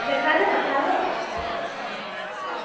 ଦେଖା ହେଲେ କଥା ହେବା ଆଉ ହଉ ହଉ ଆଜ୍ଞା